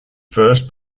first